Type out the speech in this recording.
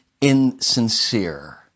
insincere